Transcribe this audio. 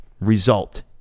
result